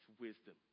wisdom